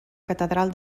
catedral